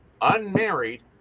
unmarried